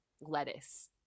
lettuce